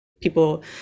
people